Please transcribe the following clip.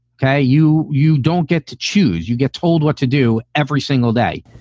yeah you you don't get to choose. you get told what to do every single day.